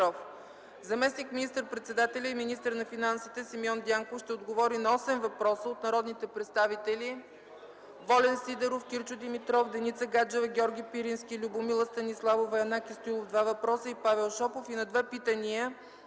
заместник министър-председателя и министър на финансите Симеон Дянков на въпрос от народния представител